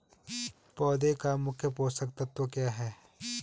पौधें का मुख्य पोषक तत्व क्या है?